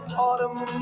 autumn